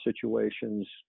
situations